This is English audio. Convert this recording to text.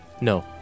no